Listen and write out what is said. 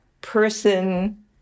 person